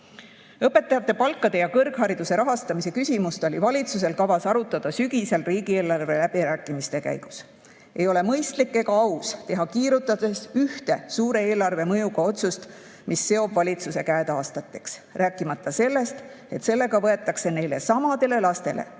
kulutada. Õpetajate palga ja kõrghariduse rahastamise küsimust oli valitsusel kavas arutada sügisel riigieelarve läbirääkimiste käigus. Ei ole mõistlik ega aus teha kiirustades ühte suure eelarvemõjuga otsust, mis seob valitsuse käed aastateks, rääkimata sellest, et sellega võetakse neilesamadele lastele